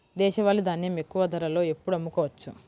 దేశవాలి ధాన్యం ఎక్కువ ధరలో ఎప్పుడు అమ్ముకోవచ్చు?